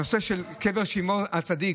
הנושא של קבר שמעון הצדיק,